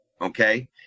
okay